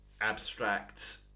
abstract